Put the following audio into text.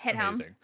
amazing